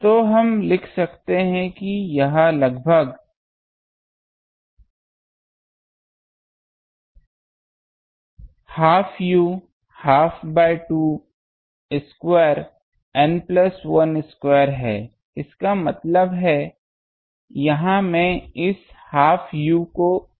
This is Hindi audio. तो हम लिख सकते हैं कि यह लगभग half u half by 2 square N plus 1 square है इसका मतलब है यहाँ मैं इस हाफ u को बदल सकता हूँ